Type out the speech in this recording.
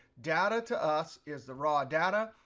data, to us, is the raw data.